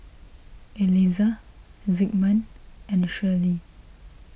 Eliza Zigmund and Shirley